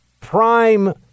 prime